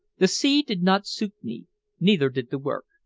the sea did not suit me neither did the work.